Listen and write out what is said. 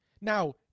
Now